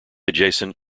adjacent